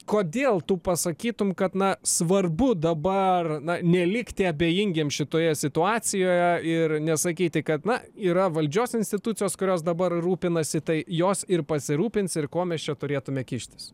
kodėl tu pasakytum kad na svarbu dabar nelikti abejingiems šitoje situacijoje ir nesakyti kad na yra valdžios institucijos kurios dabar rūpinasi tai jos ir pasirūpins ir ko mes čia turėtume kištis